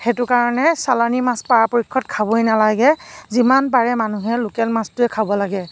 সেইটো কাৰণে চালানি মাছ পৰাপক্ষত খাবই নালাগে যিমান পাৰে মানুহে লোকেল মাছটোৱে খাব লাগে